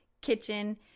kitchen